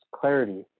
clarity